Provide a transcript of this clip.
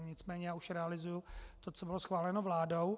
Nicméně já už realizuju to, co bylo schváleno vládou.